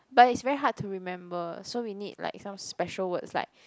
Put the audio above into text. but it's very hard to remember so we need like some special words like